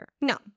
No